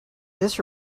this